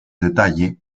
detalle